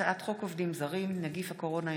הצעת חוק עובדים זרים (נגיף הקורונה החדש,